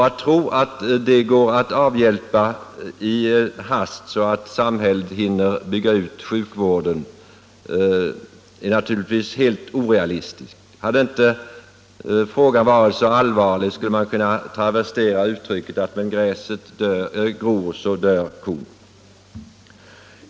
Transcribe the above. Att tro att samhället skall hinna bygga ut sjukvården så att detta problem kan avhjälpas i en hast är naturligtvis helt orealistiskt. Hade frågan inte varit så allvarlig skulle man ha kunnat travestera uttrycket ”medan gräset växer dör kon”.